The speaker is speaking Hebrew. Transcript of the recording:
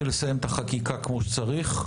לסיים את החקיקה כמו שצריך,